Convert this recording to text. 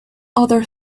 other